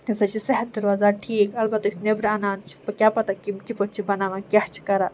تَمہِ سۭتۍ صحت چھِ صحت تہِ روزان ٹھیٖک البتہٕ یُس نیٚبرٕ اَنان چھِ کیٛاہ پَتہٕ کہِ یِم کِتھٕ پٲٹھۍ چھِ بَناوان کیٛاہ چھِ کَران